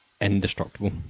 indestructible